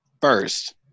first